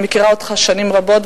אני מכירה אותך שנים רבות,